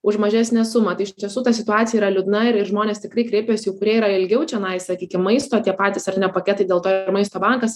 už mažesnę sumą tai iš tiesų ta situacija yra liūdna ir ir žmonės tikrai kreipias jau kurie yra ilgiau čionai sakykim maisto tie patys ar ne paketai dėl to ir maisto bankas